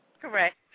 Correct